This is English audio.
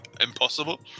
impossible